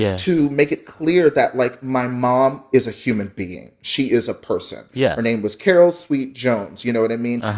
to make it clear that, like, my mom is a human being. she is a person yeah her name was carol sweet-jones, you know what i mean?